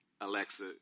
Alexa